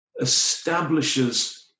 establishes